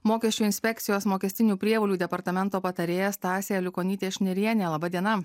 mokesčių inspekcijos mokestinių prievolių departamento patarėja stasė aliukonytė šnirienė laba diena